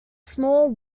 small